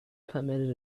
permitted